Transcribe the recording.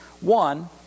One